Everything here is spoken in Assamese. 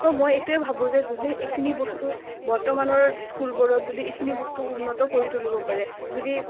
মই এইটোৱেই ভাবোঁ যে যদি এইখিনি বস্তু বৰ্তমানৰ স্কুলবোৰত যদি এইখিনি বস্তু উন্নত কৰি তুলিব পাৰে যদি